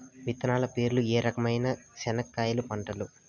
విత్తనాలు పేర్లు ఏ రకమైన చెనక్కాయలు పంటలు?